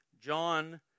John